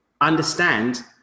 understand